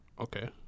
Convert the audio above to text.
okay